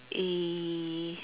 err